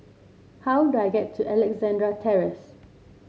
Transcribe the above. how do I get to Alexandra Terrace